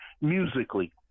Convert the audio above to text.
musically